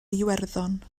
iwerddon